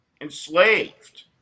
enslaved